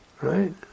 right